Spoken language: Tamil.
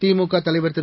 திமுக தலைவர் திரு